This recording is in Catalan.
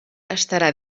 estarà